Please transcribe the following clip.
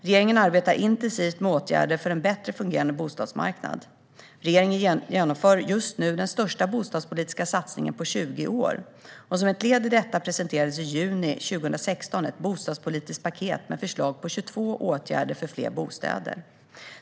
Regeringen arbetar intensivt med åtgärder för en bättre fungerande bostadsmarknad. Regeringen genomför just nu den största bostadspolitiska satsningen på 20 år. Som ett led i detta presenterades i juni 2016 ett bostadspolitiskt paket med förslag på 22 åtgärder för fler bostäder.